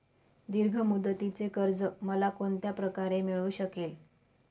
दीर्घ मुदतीचे कर्ज मला कोणत्या प्रकारे मिळू शकेल?